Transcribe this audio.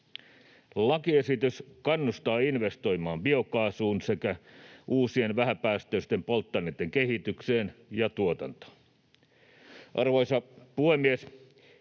Lakiesitys kannustaa investoimaan biokaasuun sekä uusien vähäpäästöisten polttoaineitten kehitykseen ja tuotantoon. Arvoisa puhemies!